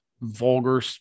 vulgar